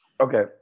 Okay